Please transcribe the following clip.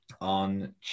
On